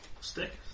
stick